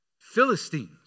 Philistines